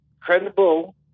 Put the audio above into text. credible